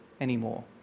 anymore